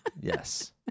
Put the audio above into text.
Yes